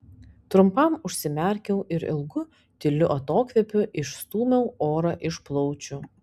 trumpam užsimerkiau ir ilgu tyliu atokvėpiu išstūmiau orą iš plaučių